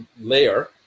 layer